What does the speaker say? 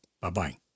Bye-bye